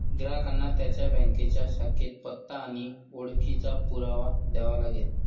ग्राहकांना त्यांच्या बँकेच्या शाखेत पत्ता आणि ओळखीचा पुरावा द्यावा लागेल